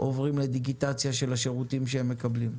עוברים לדיגיטציה של השירותים שהם מקבלים.